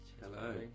Hello